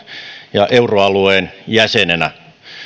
ja euroalueen jäsenenä